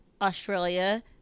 Australia